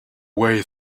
way